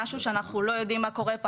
משהו שאנחנו לא יודעים מה קורה פה.